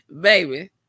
baby